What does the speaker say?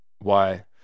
Why